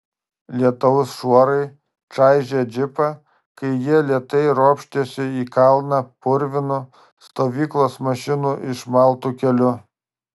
lietaus šuorai čaižė džipą kai jie lėtai ropštėsi į kalną purvinu stovyklos mašinų išmaltu keliu